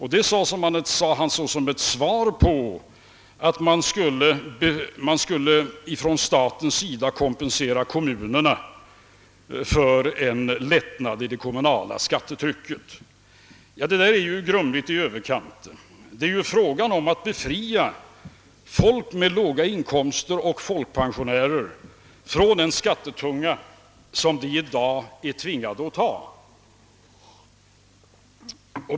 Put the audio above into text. Han sade detta som ett bemötande av förslaget, att staten skall konpensera kommunerna för det inkomstbortfall som en sänkning av det kommunala skattetrycket medför. Detta är grumligt i överkant. Det är ju fråga om att befria personer med låga inkomster och folkpensionärer från den ökade skattetunga som vi i dag är tvungna att ha.